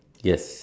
yes